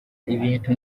ibintu